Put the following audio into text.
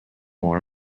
more